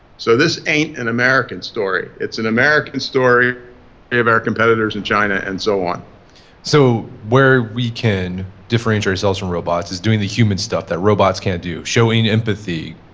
so this ain't an american story. it's an american story of our competitors in china and so on so where we can differentiate ourselves from robots is doing the human stuff that robots can't do. showing empathy,